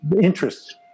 interest